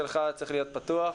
בחינות.